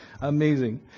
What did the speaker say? Amazing